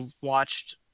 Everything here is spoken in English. watched